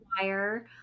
wire